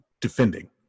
defending